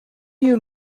you